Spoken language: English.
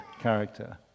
character